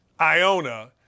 Iona